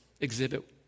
exhibit